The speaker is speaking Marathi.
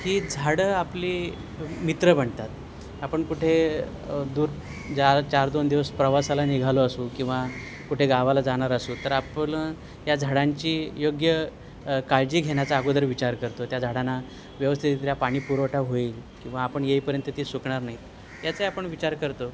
की झाडं आपली मित्र बनतात आपण कुठे दूर ज चार दोन दिवस प्रवासाला निघालो असो किंवा कुठे गावाला जाणार असो तर आपण या झाडांची योग्य काळजी घेण्या्चा अगोदर विचार करतो त्या झाडांना व्यवस्थितित्या पाणी पुरवठा होईल किंवा आपण येईपर्यंत ते सुकणार नाही याचा आपण विचार करतो